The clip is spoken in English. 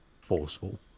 forceful